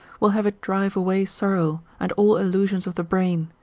will have it drive away sorrow, and all illusions of the brain,